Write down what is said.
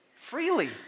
freely